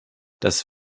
das